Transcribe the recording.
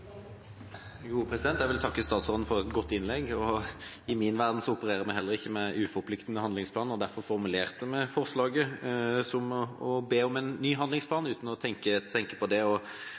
Jeg vil takke statsråden for et godt innlegg. I min verden opererer vi heller ikke med uforpliktende handlingsplaner, derfor formulerte vi forslaget som å be om en ny handlingsplan, uten å tenke på det,